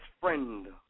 friend